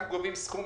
אנחנו גובים סכום